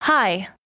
Hi